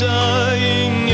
dying